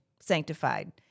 sanctified